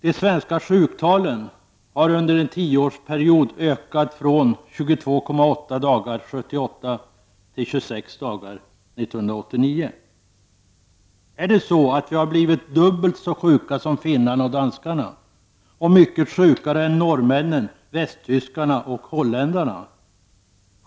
Det svenska sjuktalet har under en tioårsperiod ökat från 22,8 dagar 1978 till 26 dagar 1989. Har vi blivit dubbelt så sjuka som finnarna och danskarna och mycket sjukare än norrmännen, västtyskarna och holländarna?